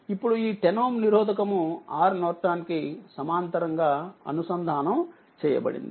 ఇప్పుడు ఈ10Ω నిరోధకము RNకి సమాంతరంగా అనుసంధానం చేయబడింది